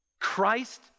Christ